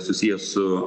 susiję su